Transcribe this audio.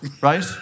right